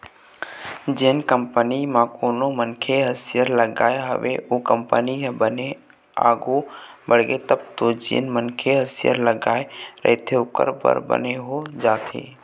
जेन कंपनी म कोनो मनखे ह सेयर लगाय हवय ओ कंपनी ह बने आघु बड़गे तब तो जेन मनखे ह शेयर लगाय रहिथे ओखर बर बने हो जाथे